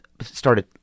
started